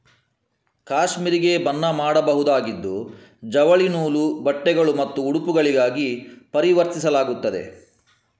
cashmere ಗೆ ಬಣ್ಣ ಮಾಡಬಹುದಾಗಿದ್ದು ಜವಳಿ ನೂಲು, ಬಟ್ಟೆಗಳು ಮತ್ತು ಉಡುಪುಗಳಾಗಿ ಪರಿವರ್ತಿಸಲಾಗುತ್ತದೆ